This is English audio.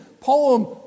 poem